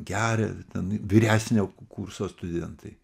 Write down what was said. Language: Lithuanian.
geria ten vyresnio kurso studentai